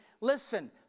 listen